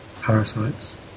parasites